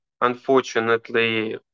unfortunately